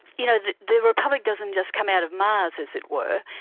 you know the the republic doesn't just come out of mars as it were,